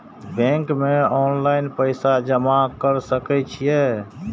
Bank में online पैसा जमा कर सके छीये?